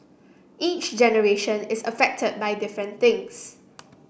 each generation is affected by different things